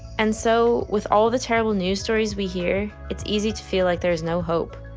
and so, with all the terrible news stories we hear it's easy to feel like there is no hope.